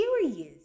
serious